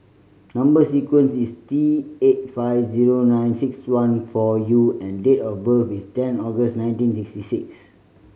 number sequence is T eight five zero nine six one four U and date of birth is ten August nineteen sixty six